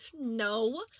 No